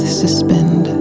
suspend